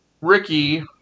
Ricky